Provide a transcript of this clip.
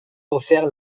offert